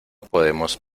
podemos